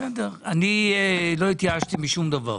אני לא התייאשתי משום דבר.